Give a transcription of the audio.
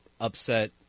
upset